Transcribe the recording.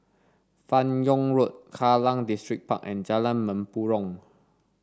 Fan Yoong Road Kallang Distripark and Jalan Mempurong